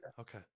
okay